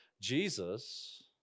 Jesus